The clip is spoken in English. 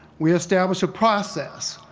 we established a process,